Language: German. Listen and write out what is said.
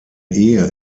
ehe